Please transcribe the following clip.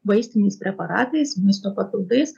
vaistiniais preparatais maisto papildais